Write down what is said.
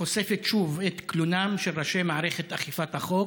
החושפת שוב את קלונם של ראשי מערכת אכיפת החוק,